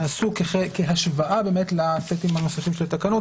נעשו כהשוואה לסטים הנוספים של התקנות